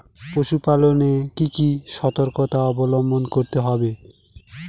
পশুপালন এ কি কি সর্তকতা অবলম্বন করতে হবে?